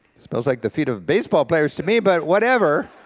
it smells like the feet of baseball players to me but whatever,